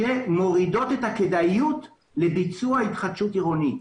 שמורידות את הכדאיות לביצוע התחדשות עירונית.